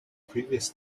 previous